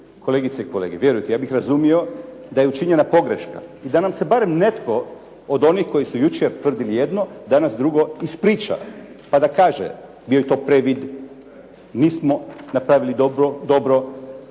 kolegice i kolege, vjerujte, ja bih razumio da je učinjena pogreška i da nam se barem netko od onih koji su jučer, tvrdim jedno, danas drugo ispričali pa da kaže, bio je to previd, nismo napravili dobro,